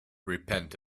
repent